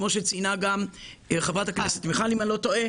כפי שציינה גם חברת הכנסת מיכל וולדיגר,